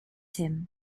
him